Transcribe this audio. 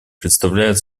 представляет